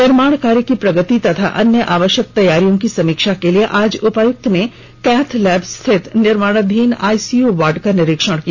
निर्माण कार्य की प्रगति तथा अन्य आवश्यक तैयारियों की समीक्षा के लिए आज उपायुक्त ने कैथ लैब स्थित निर्माणाधीन आईसीयू वार्ड का निरीक्षण किया